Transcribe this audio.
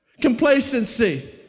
Complacency